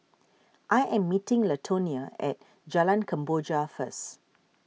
I am meeting Latonia at Jalan Kemboja first